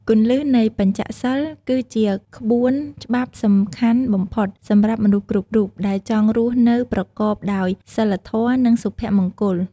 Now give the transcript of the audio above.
គន្លឹះនៃ បញ្ចសីល គឺជាក្បួនច្បាប់សំខាន់បំផុតសម្រាប់មនុស្សគ្រប់រូប ដែលចង់រស់នៅប្រកបដោយសីលធម៌ និងសុភមង្គល។